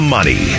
Money